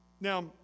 Now